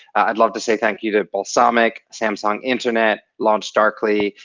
i would love to say thank you to balsamiq, samsung internet, launchdarkly,